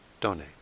donate